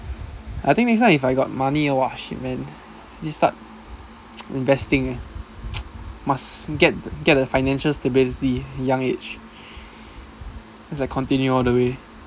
I think next time if I got money ah !wah! shit man need start investing must get get the financial the basics young age as I continue all the way